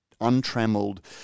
untrammeled